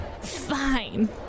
Fine